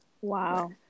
wow